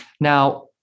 now